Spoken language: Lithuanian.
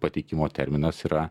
pateikimo terminas yra